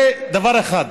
זה דבר אחד.